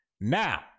now